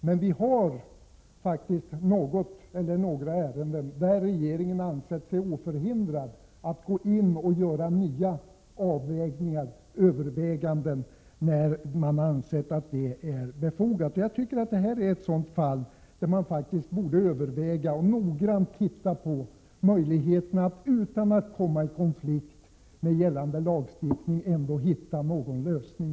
Men det finns faktiskt ärenden i vilka regeringen har ansett sig oförhindrad att göra nya avvägningar och överväganden som man har tyckt vara befogade. Jag anser att detta är ett sådant fall. Det finns anledning att undersöka möjligheterna — utan att komma i konflikt med gällande lagstiftning — att finna en lösning.